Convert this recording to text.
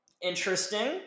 Interesting